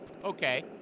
Okay